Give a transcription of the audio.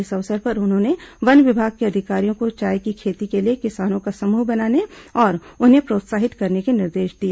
इस अवसर पर उन्होंने वन विभाग के अधिकारियों को चाय की खेती के लिए किसानों का समूह बनाने और उन्हें प्रोत्साहित करने के निर्देश दिए